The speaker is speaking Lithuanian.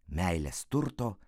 meilės turto